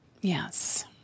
Yes